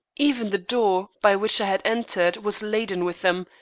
even the door by which i had entered was laden with them,